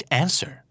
answer